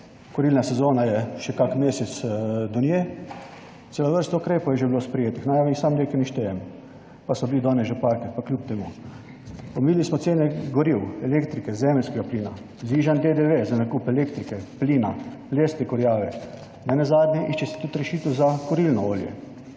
Kurilna sezona je še kak mesec do nje, celo vrsto ukrepov je že bilo sprejetih. Naj vam jih samo nekaj naštejem, pa so bili danes že parkrat, pa kljub temu, omejili smo cene goriv, elektrike, zemeljskega plina, znižan DDV za nakup elektrike, plina, les, kurjave, nenazadnje išče se tudi rešitev za kurilno olje.